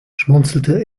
schmunzelte